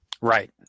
Right